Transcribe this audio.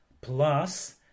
plus